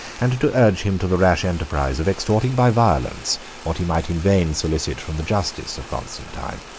and to urge him to the rash enterprise of extorting by violence what he might in vain solicit from the justice of constantine.